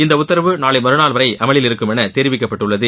இந்த உத்தரவு நாளை மறுநாள் வரை அமலில் இருக்கும் என தெரிவிக்கப்பட்டுள்ளது